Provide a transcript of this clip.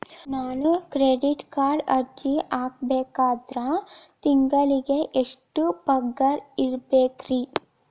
ನಾನು ಕ್ರೆಡಿಟ್ ಕಾರ್ಡ್ಗೆ ಅರ್ಜಿ ಹಾಕ್ಬೇಕಂದ್ರ ತಿಂಗಳಿಗೆ ಎಷ್ಟ ಪಗಾರ್ ಇರ್ಬೆಕ್ರಿ?